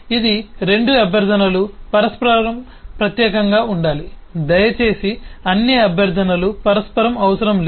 ఇది రెండు అభ్యర్థనలు పరస్పరం ప్రత్యేకంగా ఉండాలి దయచేసి అన్ని అభ్యర్థనలు పరస్పరం అవసరం లేదు